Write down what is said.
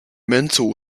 mental